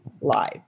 Live